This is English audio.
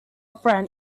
friend